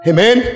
Amen